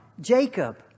Jacob